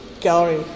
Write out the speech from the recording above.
gallery